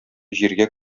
җиргә